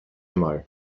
mal